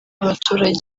n’abaturage